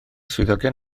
swyddogion